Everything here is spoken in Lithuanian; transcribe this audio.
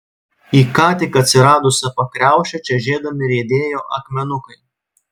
į ką tik atsiradusią pakriaušę čežėdami riedėjo akmenukai